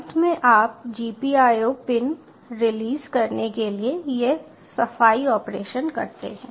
अंत में आप GPIO पिन रिलीज करने के लिए यह सफाई ऑपरेशन करते हैं